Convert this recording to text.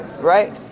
right